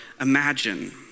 imagine